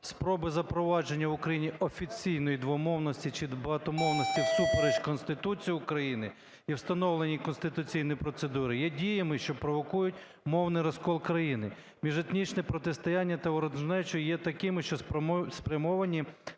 "Спроби запровадження в Україні офіційної двомовності чи багатомовності всупереч Конституції України і встановленій конституційній процедурі є діями, що провокують мовний розкол країни, міжетнічне протистояння та ворожнечу і є такими, що спрямовані